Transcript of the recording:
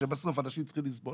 שבסוף אנשים צריכים לסבול,